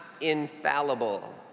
infallible